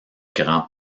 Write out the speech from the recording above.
grand